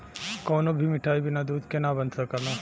कवनो भी मिठाई बिना दूध के ना बन सकला